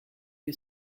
que